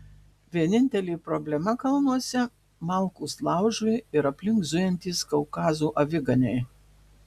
vienintelė problema kalnuose malkos laužui ir aplink zujantys kaukazo aviganiai